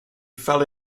fell